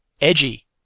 edgy